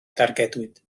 dargedwyd